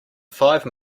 five